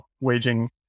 waging